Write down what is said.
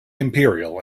imperial